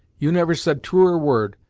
you never said truer word,